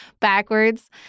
backwards